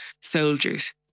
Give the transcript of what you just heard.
soldiers